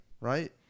right